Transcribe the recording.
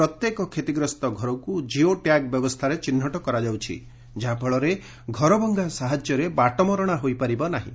ପ୍ରତ୍ୟେକ କ୍ଷତିଗ୍ରସ୍ତ ଘରକୁ ଜିଓ ଟ୍ୟାଗ୍ ବ୍ୟବସ୍ଥାରେ ଚିହ୍ନଟ କରାଯାଉଛି ଯାହାଫଳରେ ଘର ଭଙ୍ଗା ସାହାଯ୍ୟରେ ବାଟମାରଣା ହୋଇପାରିବ ନାହିଁ